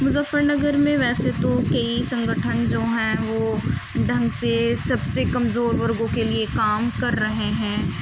مظفر نگر میں ویسے تو کئی سنگٹھن جو ہیں وہ ڈھنگ سے سب سے کمزور ورگوں کے لیے کام کر رہے ہیں